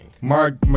Mark